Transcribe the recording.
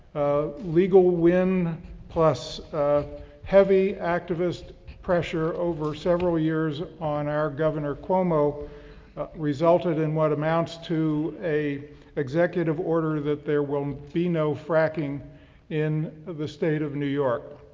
legal win plus a heavy activist pressure over several years on our governor cuomo resulted in what amounts to a executive order that there will be no fracking in the state of new york.